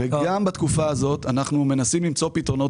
גם בתקופה הזאת אנחנו מנסים למצוא פתרונות,